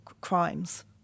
crimes